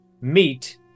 meet